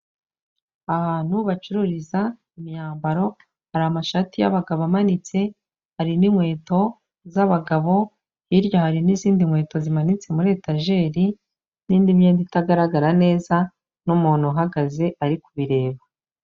Ahantu bacururiza imyambaro, hari amashati y'abagabo amanitse, hari n'inkweto z'abagabo, hirya hari n'izindi nkweto zimanitse muri etajeri n'indi myenda itagaragara neza n'umuntu uhagaze ari kubireba.